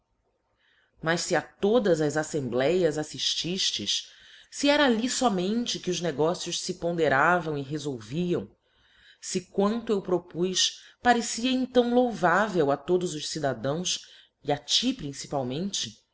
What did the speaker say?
mas fe a todas as aflembléas afoítiftes fe era ali fomente que os negócios fe ponderavam e refolviam fe quanto eu propuz parecia então louvável a todos os cidadãos e a ti principalmente